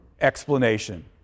explanation